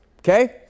Okay